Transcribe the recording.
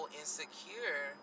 insecure